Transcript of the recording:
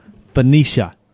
Phoenicia